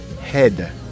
head